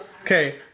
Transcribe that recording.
Okay